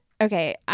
okay